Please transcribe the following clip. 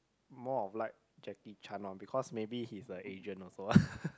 more of like Jackie-Chan lor because maybe he is the agent also